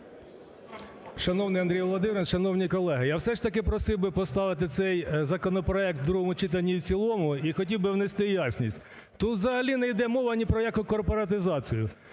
Шановний Андрій Володимирович, шановні колеги! Я все ж таки просив би поставити цей законопроект в другому читанні і в цілому. І хотів би внести ясність. Тут взагалі не йде мова ні про яку корпоратизацію.